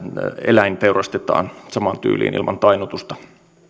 eläin teurastetaan samaan tyyliin ilman tainnutusta